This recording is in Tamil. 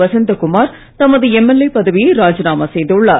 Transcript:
வசந்தகுமார் தமது எம்எல்ஏ பதவியை ராஜினாமா செய்துள்ளார்